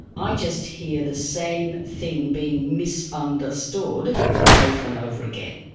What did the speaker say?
i just hear the same thing being misunderstood over and over again.